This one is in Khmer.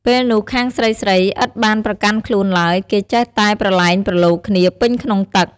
ពេលនោះខាងស្រីៗ ឥតបានប្រកាន់ខ្លួនឡើយ គេចេះតែប្រឡែងប្រឡូកគ្នាពេញក្នុងទឹក។